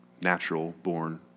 natural-born